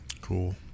Cool